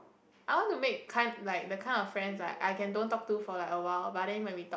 I want to make kind like the kind of friends like I can don't talk to for like awhile but then when we talk